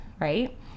right